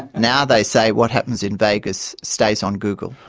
now they say what happens in vegas stays on google.